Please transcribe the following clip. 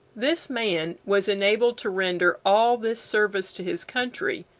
this man was enabled to render all this service to his country,